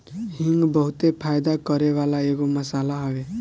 हिंग बहुते फायदा करेवाला एगो मसाला हवे